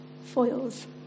foils